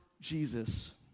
Jesus